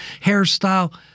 hairstyle –